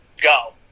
go